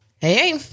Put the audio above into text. Hey